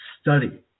study